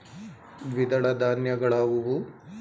ದ್ವಿದಳ ಧಾನ್ಯಗಳಾವುವು?